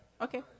Okay